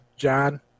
John